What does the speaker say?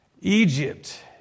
Egypt